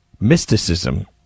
mysticism